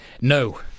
no